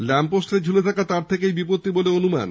lamp পোস্টের ঝুলে থাকা তার থেকে এই বিপত্তি বলে অনুমান